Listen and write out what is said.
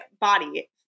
body